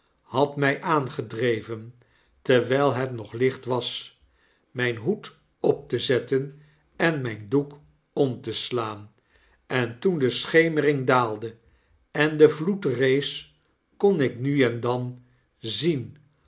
had my aangedreven terwyl het nog licht was myn hoed op te zetten en myn doek om te slaan en toen de schemering daalde en de vloed rees kon ik nu en dan zien